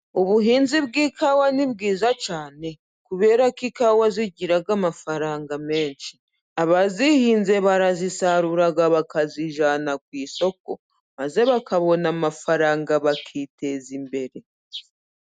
Ubuhinzi bw'ikawa ni bwiza cyane kubera ko ikawa zigira amafaranga menshi. |Abazihinze barazisarura bakazijyana ku isoko maze bakabona amafaranga bakiteza imbere.